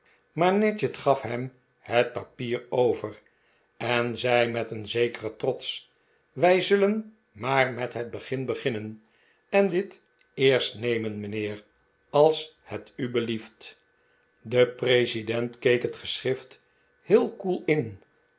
maar nadgett gaf hem het papier over en zei met een zekeren trots wij zullen maar met het begin beginnen en dit eerst nemen mijnheer als het u belieft de president keek het geschrift heel koel in